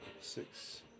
Six